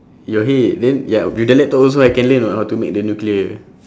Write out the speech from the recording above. your head then ya with the laptop also I can learn [what] how to make the nuclear